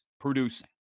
producing